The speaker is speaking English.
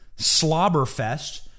slobberfest